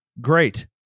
great